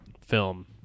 film